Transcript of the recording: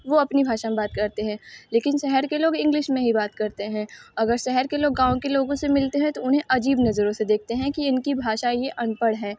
वो अपनी भाषा में बात करते हैं लेकिन शहर के लोग इंग्लिश में ही बात करते हैं अगर शहर के लोग गाँव के लोगों से मिलते हैं तो उन्हें अजीब नज़रों से देखते हैं कि इनकी भाषा ये अनपढ़ हैं